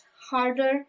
harder